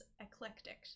Eclectic